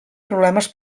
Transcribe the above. problemes